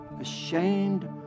ashamed